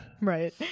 right